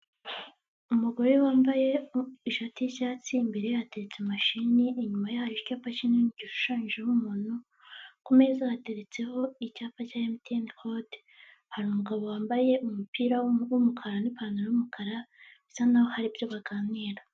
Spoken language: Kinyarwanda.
Umugore wambaye ishati y'icyatsi imbere yateretse imashini inyuma yaho ikipa kinini gishushanyijeho umuntuntu kumeza yateretseho icyapa cya mtn clade hari umugabo wambaye umupira wumukara nipantaro yumukara bisa naho haribyo baganira.